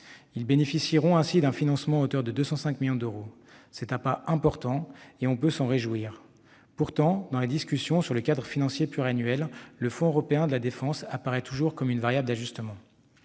bénéficieront ainsi d'un financement à hauteur de 205 millions d'euros. C'est un pas important, et l'on peut s'en réjouir. Pourtant, dans les discussions sur le cadre financier pluriannuel, le Fonds européen de la défense apparaît toujours comme une variable d'ajustement.